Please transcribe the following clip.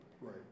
Right